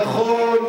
נכון,